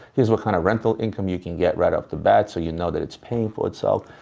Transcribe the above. here's what kind of rental income you can get, right off the bat, so you know that it's paying for itself.